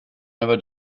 never